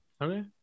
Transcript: Okay